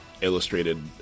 illustrated